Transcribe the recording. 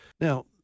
Now